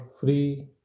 free